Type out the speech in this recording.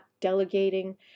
delegating